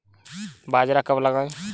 बाजरा कब लगाएँ?